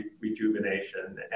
rejuvenation